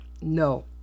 No